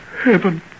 Heaven